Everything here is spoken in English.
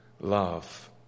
love